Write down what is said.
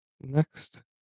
next